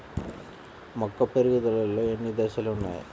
మొక్క పెరుగుదలలో ఎన్ని దశలు వున్నాయి?